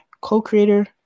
co-creator